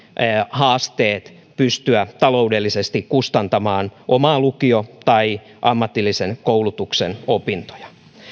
haasteet pystyä taloudellisesti kustantamaan oma lukio tai ammatillisen koulutuksen opintoja